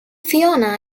fiona